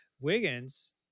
Wiggins